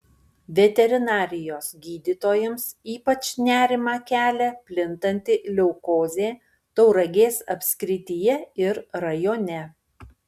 veterinarijos gydytojams ypač nerimą kelia plintanti leukozė tauragės apskrityje ir rajone